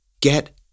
get